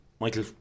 Michael